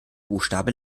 buchstabe